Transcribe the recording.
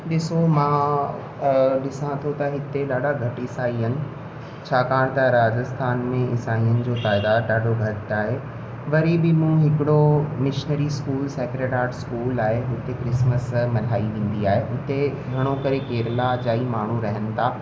ॾिसो मां ॾिसां थो त हिते ॾाढा घटि ईसाई आहिनि छाकाणि त राजस्थान में ईसाइअनि जो तइदाद ॾाढो घटि आहे वरी बि मूं हिकिड़ो मिशनरी स्कूल सैक्रेटहाट स्कूल आहे हुते क्रिसमस मल्हाई वेंदी आहे हुते घणो करे केरल जा ई माण्हू रहनि था